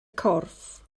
corff